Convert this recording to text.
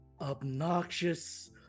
obnoxious